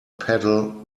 pedal